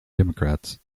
democrats